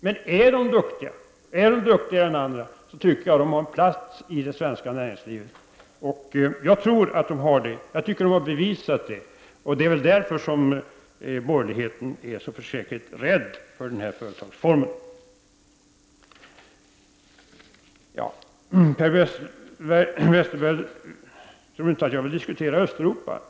Men om de är duktigare än andra tycker jag att de har en plats i det svenska näringslivet. Jag tror att de har det. Jag tycker att de har bevisat det. Det är väl därför som borgerligheten är så förskräckligt rädd för den här företagsformen. Per Westerberg tror inte att jag vill diskutera Östeuropa.